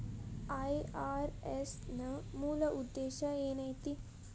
IRS ನ ಮೂಲ್ ಉದ್ದೇಶ ಏನೈತಿ?